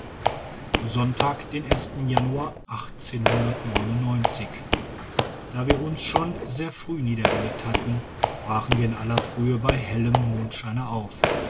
sonntag den i januar da wir uns schon sehr früh niedergelegt hatten brachen wir in aller frühe bei hellem mondscheine auf